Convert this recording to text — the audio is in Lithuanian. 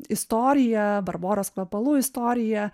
istorija barboros kvepalų istorija